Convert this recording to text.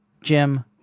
jim